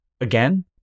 again